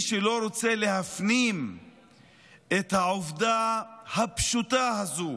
מי שלא רוצה להפנים את העובדה הפשוטה הזו